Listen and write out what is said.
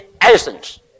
essence